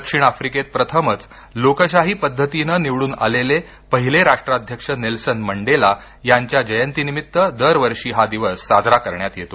दक्षिण आफ्रिकेत प्रथमच लोकशाही पद्धतीने निवडून आलेले पहिले राष्ट्राध्यक्ष नेल्सन मंडेला यांच्या जयंती निमित्त दरवर्षी हा दिवस साजरा करण्यात येतो